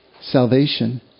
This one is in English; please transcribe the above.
salvation